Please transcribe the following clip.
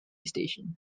station